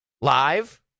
live